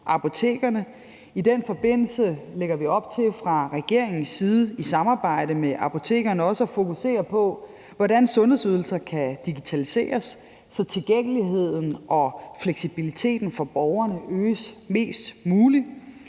I den forbindelse lægger vi fra regeringens side op til i samarbejde med apotekerne at fokusere på, hvordan sundhedsydelser kan digitaliseres, så tilgængeligheden og fleksibiliteten for borgerne øges mest muligt.